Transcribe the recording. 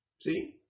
See